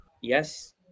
Yes